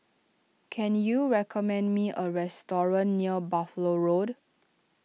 can you recommend me a restaurant near Buffalo Road